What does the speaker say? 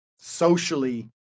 socially